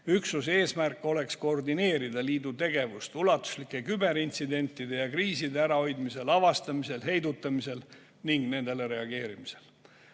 Üksuse eesmärk oleks koordineerida liidu tegevust ulatuslike küberintsidentide ja kriiside ärahoidmisel, avastamisel, heidutamisel ning nendele reageerimisel.